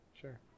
Sure